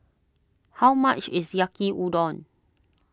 how much is Yaki Udon